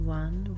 one